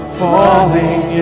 falling